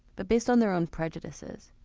but based on their own prejudices.